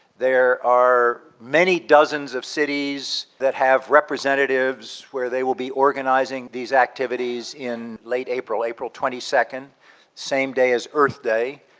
there are many dozens of cities that have representatives where they will be organising these activities in late april, april twenty second, the same day as earth day,